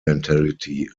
mentality